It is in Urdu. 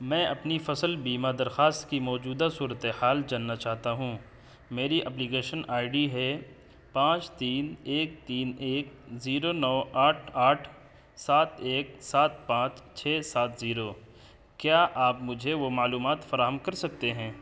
میں اپنی فصل بیمہ درخواست کی موجودہ صورت حال جاننا چاہتا ہوں میری ابلیکیشن آئی ڈی ہے پانچ تین ایک تین ایک زیرو نو آٹھ آٹھ سات ایک سات پانچ چھ سات زیرو کیا آپ مجھے وہ معلومات فراہم کر سکتے ہیں